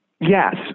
Yes